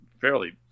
fairly